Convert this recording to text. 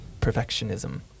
perfectionism